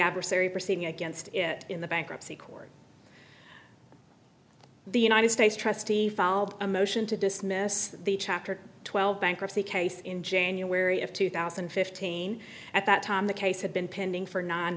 adversary proceeding against it in the bankruptcy court the united states trustee filed a motion to dismiss the chapter twelve bankruptcy case in january of two thousand and fifteen at that time the case had been pending for nine